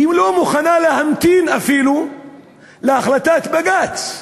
היא לא מוכנה להמתין אפילו להחלטת בג"ץ.